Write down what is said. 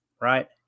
right